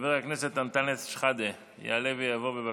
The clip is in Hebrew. חבר הכנסת אנטאנס שחאדה יעלה ויבוא, בבקשה.